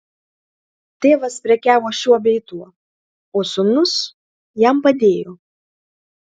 tėvas prekiavo šiuo bei tuo o sūnus jam padėjo